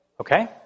Okay